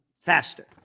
faster